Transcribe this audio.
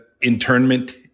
internment